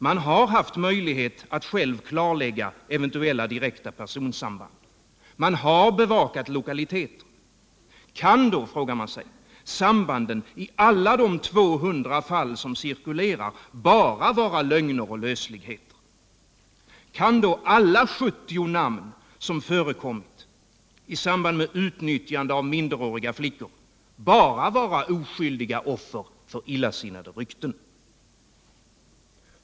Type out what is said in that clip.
Man har haft möjlighet att själv klarlägga eventuella direkta personsamband. Man har bevakat lokaliteter. Kan då, frågar jag, sambanden i alla de 200 fall som cirkulerar bara vara lögner och lösligheter? Kan då alla de 70 personer vars namn förekommit i samband med utnyttjande av minderåriga flickor bara vara oskyldiga offer för illasinnade rykten?